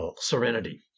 serenity